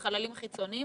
חלקם בחללים חיצוניים,